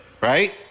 Right